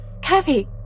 Kathy